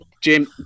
Jim